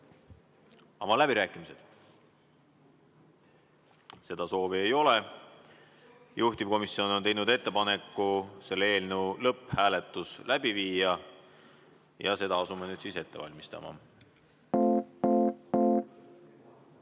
Avan läbirääkimised. Seda soovi ei ole. Juhtivkomisjon on teinud ettepaneku selle eelnõu lõpphääletus läbi viia ja seda asume nüüd ette valmistama.